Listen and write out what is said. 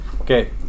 Okay